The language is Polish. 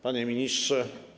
Panie Ministrze!